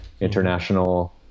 international